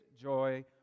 joy